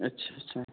अच्छा अच्छा